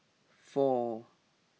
four